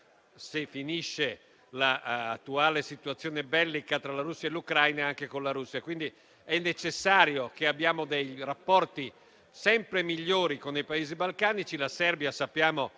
se finisce l'attuale situazione bellica tra la Russia e l'Ucraina, anche con la Russia. Quindi, è necessario avere rapporti sempre migliori con i Paesi balcanici. La Serbia - come